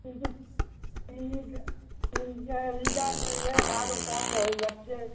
কিন্তু এটা এটার এটার ওই ইয়ে আরও কম হয়ে যাচ্ছে